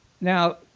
Now